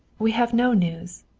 we have no news.